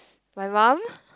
my mum